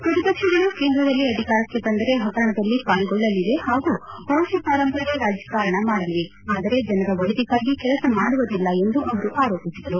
ಪ್ರತಿಪಕ್ಷಗಳು ಕೇಂದ್ರದಲ್ಲಿ ಅಧಿಕಾರಕ್ಕೆ ಬಂದರೆ ಪಗರಣಗಳಲ್ಲಿ ಪಾಲ್ಗೊಳ್ಳಲಿವೆ ಹಾಗೂ ವಂಶಪಾರಂಪರೆಯ ರಾಜಕಾರಣ ಮಾಡಲಿವೆ ಆದರೆ ಜನರ ಒಳಿತಿಗಾಗಿ ಕೆಲಸ ಮಾಡುವುದಿಲ್ಲ ಎಂದು ಅವರು ಆರೋಪಿಸಿದರು